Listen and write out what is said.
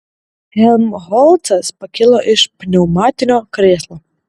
helmholcas pakilo iš pneumatinio krėslo